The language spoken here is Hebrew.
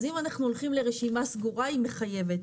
אז אם אנחנו הולכים לרשימה סגורה היא מחייבת,